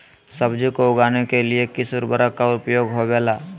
सब्जी को उगाने के लिए किस उर्वरक का उपयोग होबेला?